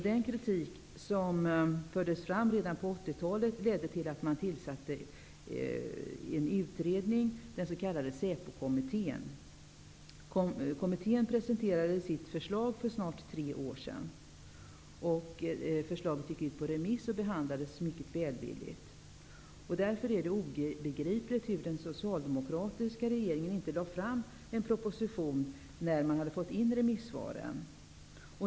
Den kritik som fördes fram redan på 80-talet ledde till att en utredning tillsattes, den s.k. SÄPO kommittén. Kommittén presenterade sitt förslag för snart tre år sedan. Förslaget gick ut på remiss och behandlades mycket välvilligt. Därför är det obegripligt varför den socialdemokratiska regeringen inte lade fram en proposition när man hade fått in remissvaren.